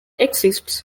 exists